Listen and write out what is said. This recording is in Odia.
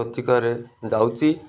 ପ୍ରତିକାରରେ ଯାଉଛି